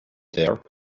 there